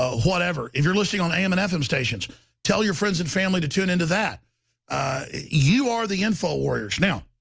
whatever if you're listening on am and fm stations tell your friends and family to tune into that you are the info warriors now